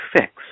fix